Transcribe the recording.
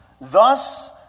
Thus